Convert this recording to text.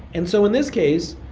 and so in this case,